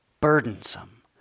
burdensome